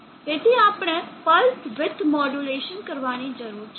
તેથી આપણે pulse width modulation કરવાની જરૂર છે